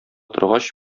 торгач